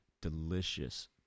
delicious